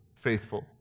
faithful